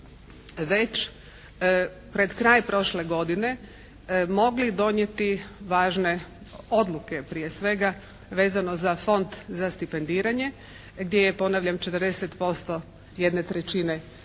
već pred kraj prošle godine mogli donijeti važne odluke prije svega vezano za Fond za stipendiranje gdje je ponavljam 40% jedne trećine dobiti.